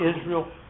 Israel